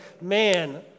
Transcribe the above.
man